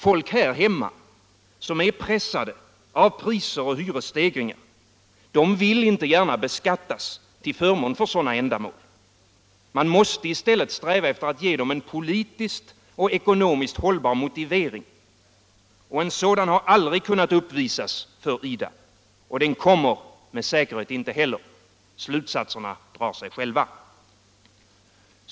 Folk här hemma, som är pressade av priser och hyresstegringar, vill inte gärna beskattas till förmån för sådana ändamål. Man måste i stället sträva efter att ge dem en politiskt och ekonomiskt hållbar motivering. En sådan har aldrig kunnat uppvisas för IDA, och den kommer med säkerhet inte heller. Slutsatserna drar sig själva.